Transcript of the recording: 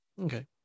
Okay